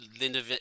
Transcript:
Linda